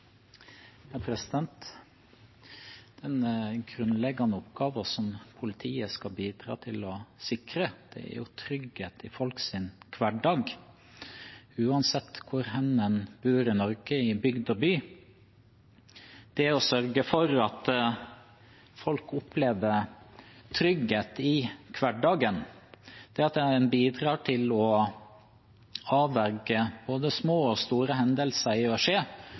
hverdag, uansett hvor en bor i Norge, i bygd og i by. Det er å sørge for at folk opplever trygghet i hverdagen, det er å bidra til å avverge både små og store hendelser, og det er å